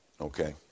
Okay